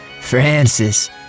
Francis